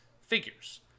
figures